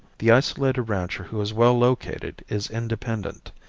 the isolated rancher who is well located is independent.